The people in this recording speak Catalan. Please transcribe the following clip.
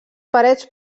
parets